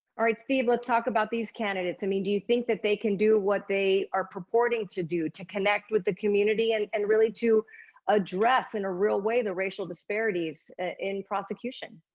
all right, steve, let's talk about these candidates. i mean, do you think that they can do what they are purporting to do, to connect with the community and and really to address in a real way, the racial disparities in prosecution?